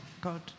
God